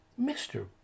Mr